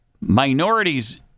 minorities